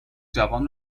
جوان